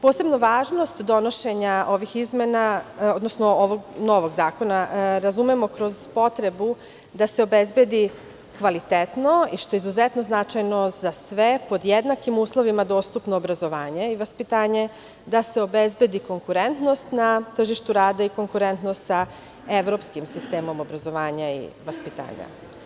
Posebnu važnost donošenja ovih izmena, odnosno ovog novog zakona, razumemo kroz potrebu da se obezbedi kvalitetno i što je izuzetno značajno za sve, pod jednakim uslovima dostupno obrazovanje i vaspitanje, da se obezbedi konkurentnost na tržištu rada i konkurentnost sa evropskim sistemom obrazovanja i vaspitanja.